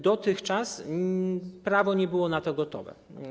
Dotychczas prawo nie było na to gotowe.